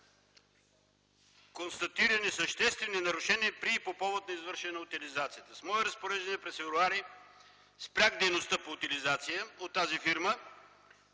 констатирани съществени нарушения при и по повод извършване на утилизацията. С мое разпореждане през м. февруари спрях дейността по утилизация от тази фирма,